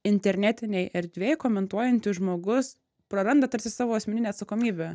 internetinėj erdvėj komentuojantis žmogus praranda tarsi savo asmeninę atsakomybę